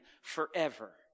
forever